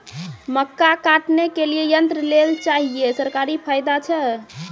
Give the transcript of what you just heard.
मक्का काटने के लिए यंत्र लेल चाहिए सरकारी फायदा छ?